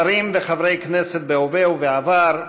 שרים וחברי כנסת בהווה ובעבר,